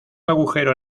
agujero